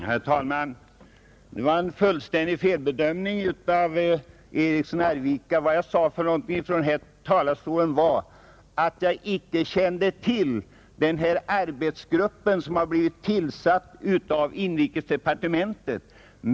Herr talman! Det var en fullständig felbedömning av herr Eriksson i Arvika. Vad jag sade från denna talarstol var att jag inte kände till den arbetsgrupp som har blivit tillsatt av inrikesdepartementet.